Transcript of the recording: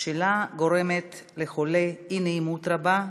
שלה היא גורמת לחולה אי-נעימות רבה,